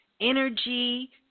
energy